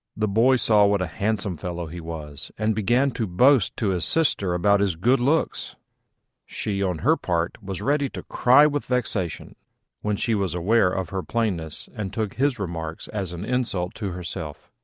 the boy saw what a handsome fellow he was, and began to boast to his sister about his good looks she, on her part, was ready to cry with vexation when she was aware of her plainness, and took his remarks as an insult to herself.